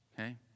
Okay